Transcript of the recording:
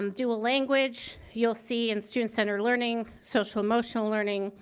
um dual language, you'll see in student center learning, social, emotional learning,